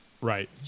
Right